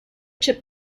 chip